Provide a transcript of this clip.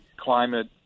climate